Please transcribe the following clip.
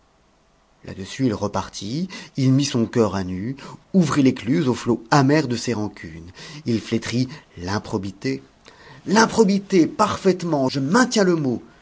là-dessus il repartit il mit son cœur à nu ouvrit l'écluse au flot amer de ses rancunes il flétrit l'improbité l'improbité parfaitement je maintiens le mot